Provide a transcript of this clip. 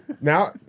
Now